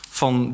van